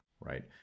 right